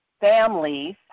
families